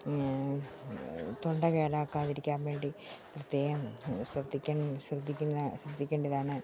തൊണ്ട കേടാക്കാതിരിക്കാൻ വേണ്ടി പ്രത്യേകം ശ്രദ്ധിക്കാൻ ശ്രദ്ധിക്കുന്ന ശ്രദ്ധിക്കേണ്ടതാണ്